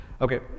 Okay